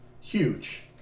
huge